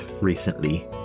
recently